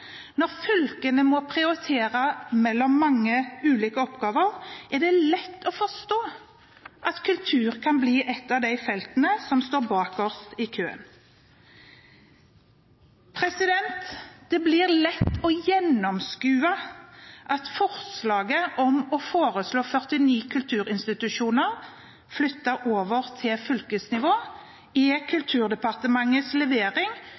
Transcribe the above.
Når fylkene må prioritere mellom mange ulike oppgaver, er det lett å forstå at kultur kan bli et av feltene som havner bakerst i køen. Det er lett å gjennomskue at forslaget om å foreslå 49 kulturinstitusjoner flyttet over til fylkesnivå er Kulturdepartementets levering